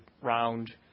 round